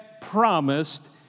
promised